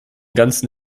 ganzen